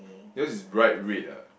because is bright red ah